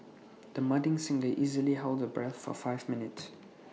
the budding singer easily held her breath for five minutes